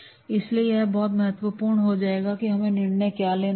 और इसलिए यह बहुत महत्वपूर्ण हो जाएगा कि हमें निर्णय क्या लेना है